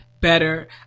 better